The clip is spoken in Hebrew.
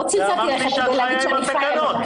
לא צלצלתי אליך להגיד שאני חיה עם התקנות.